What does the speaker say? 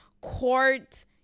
court